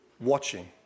watching